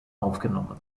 aufgenommen